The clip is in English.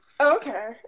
Okay